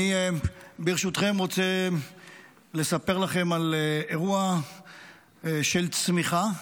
ברשותכם, אני רוצה לספר לכם על אירוע של צמיחה.